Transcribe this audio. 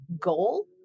goal